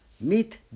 Meet